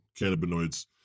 cannabinoids